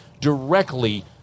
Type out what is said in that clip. directly